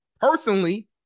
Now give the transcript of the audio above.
personally